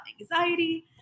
anxiety